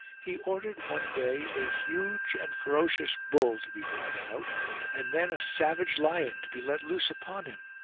he ordered one day a huge and ferocious bull to be brought out and then a savage lion to be let loose upon him.